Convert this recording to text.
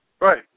Right